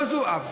לא זו אף זו,